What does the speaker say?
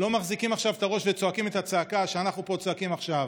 לא מחזיקים עכשיו את הראש וצועקים את הצעקה שאנחנו פה צועקים עכשיו?